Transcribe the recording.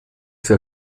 für